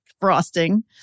frosting